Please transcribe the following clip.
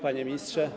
Panie Ministrze!